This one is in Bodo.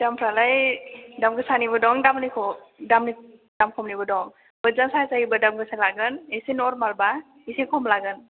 दामफ्रालाय दाम गोसानिबो दं दामनिखौ दामनि दाम खमनिबो दं मोजां साजायोबा दाम गोसा लागोन एसे नरमालबा एसे खम लागोन